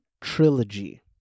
trilogy